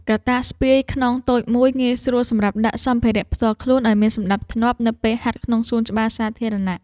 កាតាបស្ពាយខ្នងតូចមួយ ងាយស្រួលសម្រាប់ដាក់សម្ភារៈផ្ទាល់ខ្លួនឱ្យមានសណ្ដាប់ធ្នាប់នៅពេលហាត់ក្នុងសួនច្បារសាធារណៈ។